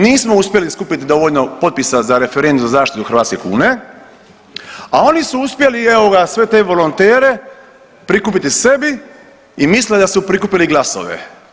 Nismo uspjeli skupiti dovoljno potpisa za referendum za zaštitu hrvatske kune, a oni su uspjeli i evo ga sve te volontere prikupiti sebi i misle da su prikupili glasove.